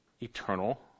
eternal